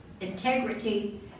integrity